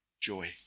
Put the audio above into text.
Joy